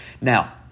Now